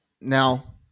now